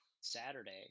Saturday